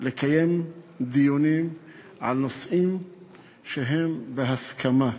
לקיים דיונים על נושאים שהם בהסכמה,